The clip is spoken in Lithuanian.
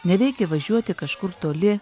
nereikia važiuoti kažkur toli